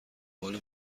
بال